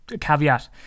caveat